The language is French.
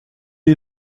est